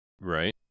Right